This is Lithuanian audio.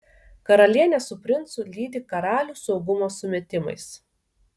karalienė su princu lydi karalių saugumo sumetimais